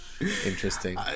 Interesting